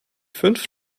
fünf